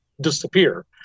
disappear